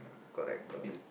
correct correct